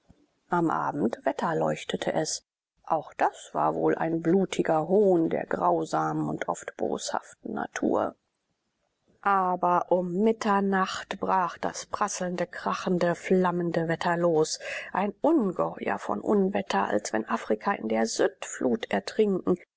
am abend wetterleuchtete es auch das war wohl ein blutiger hohn der grausamen und oft boshaften natur aber um mittemacht brach das prasselnde krachende flammende wetter los ein ungeheuer von unwetter als wenn afrika in der sündflut ertrinken